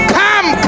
come